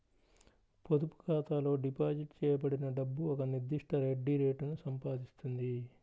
పొదుపు ఖాతాలో డిపాజిట్ చేయబడిన డబ్బు ఒక నిర్దిష్ట వడ్డీ రేటును సంపాదిస్తుంది